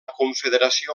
confederació